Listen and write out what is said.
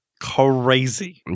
crazy